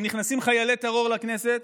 הם נכנסים חיילי טרור לכלא,